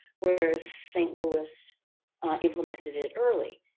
whereas st. louis implemented it early,